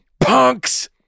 punks